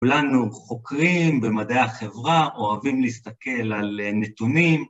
‫כולנו חוקרים במדעי החברה, ‫אוהבים להסתכל על נתונים.